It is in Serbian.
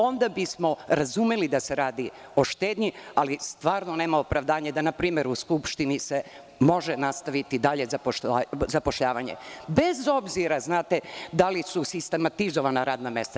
Onda bismo razumeli da se radi o štednji, ali stvarno nema opravdanja da npr. u Skupštini se može nastaviti dalje zapošljavanje, bez obzira da li su sistematizovana radna mesta.